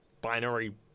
binary